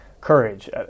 courage